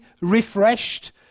refreshed